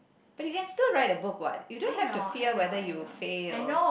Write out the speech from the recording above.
but you can still write the book what you don't have to fear whether you fail